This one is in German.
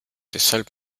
deshalb